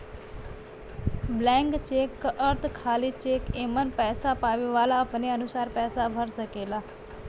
blank cheque क अर्थ खाली चेक एमन पैसा पावे वाला अपने अनुसार पैसा भर सकेला